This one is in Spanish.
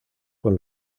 con